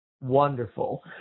wonderful